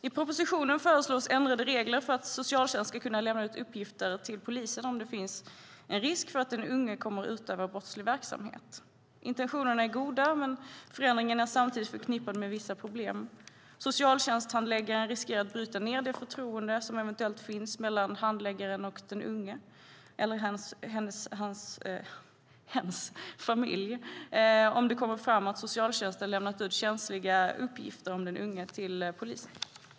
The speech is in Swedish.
I propositionen föreslås ändrade regler för att socialtjänst ska kunna lämna ut uppgifter till polisen om det finns en risk att den unge kommer utöva brottslig verksamhet. Intentionerna är goda, men förändringen är samtidigt förknippad med vissa problem. Socialtjänsthandläggaren riskerar att bryta ner det förtroende som eventuellt finns mellan handläggaren och den unge och hens familj om det kommer fram att socialtjänsten lämnat ut känsliga uppgifter om den unge till polisen.